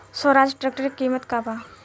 Swaraj tractor के किमत का बा?